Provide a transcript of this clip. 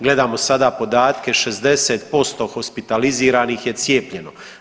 Gledamo sada podatke 60% hospitaliziranih je cijepljeno.